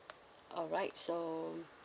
all right so